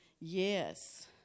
Yes